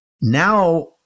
Now